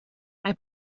mae